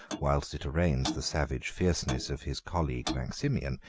whilst it arraigns the savage fierceness of his colleague maximian,